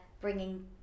bringing